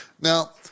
now